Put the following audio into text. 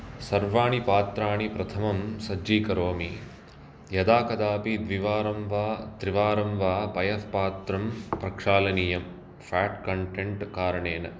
सर्वाणि पात्राणि प्रथमं सज्जीकरोमि यदा कदापि द्विवारं वा त्रिवारं वा पयः पात्रं पक्षालीयं फाट् कनटेन्ट् कारणेन